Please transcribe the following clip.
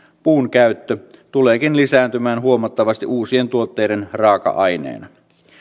puun käyttö tuleekin lisääntymään huomattavasti uusien tuotteiden raaka aineena